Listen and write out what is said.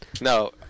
No